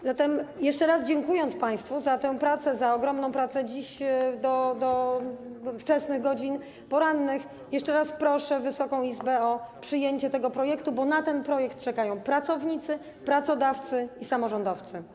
A zatem dziękując państwu za tę ogromną pracę dziś do wczesnych godzin porannych, jeszcze raz proszę Wysoka Izbę o przyjęcie tego projektu, bo na ten projekt czekają pracownicy, pracodawcy i samorządowcy.